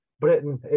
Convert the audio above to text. britain